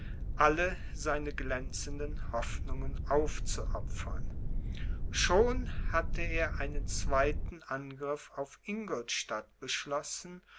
alle seine glänzenden hoffnungen aufzuopfern schon hatte er einen zweiten angriff auf ingolstadt beschlossen